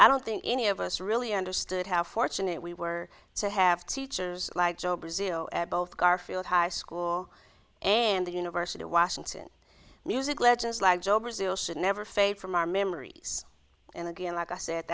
i don't think any of us really understood how fortunate we were to have teachers like joe brazil both garfield high school and the university of washington music legends like joe brazil should never fade from our memories and again like i said